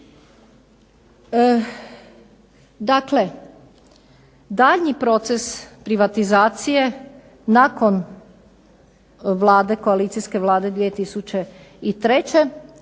Dakle, daljnji proces privatizacije nakon koalicijske Vlade 2003.